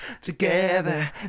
together